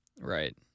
Right